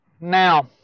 now